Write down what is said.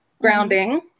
grounding